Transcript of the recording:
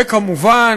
וכמובן,